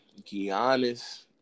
Giannis